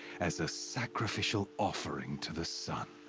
as a sacrificial offering to the sun.